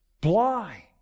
Blind